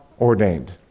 ordained